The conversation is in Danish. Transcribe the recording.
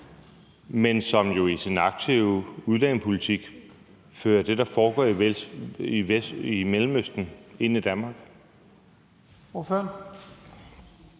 men som jo i sin aktive udlændingepolitik fører det, der foregår i Mellemøsten, ind i Danmark.